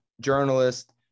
journalist